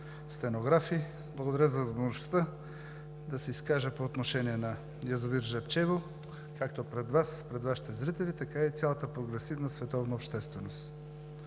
стенографи! Благодаря за възможността да се изкажа по отношение на язовир „Жребчево“ както пред Вас, пред Вашите зрители, така и пред цялата прогресивна световна общественост.